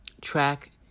track